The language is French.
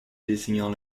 désignant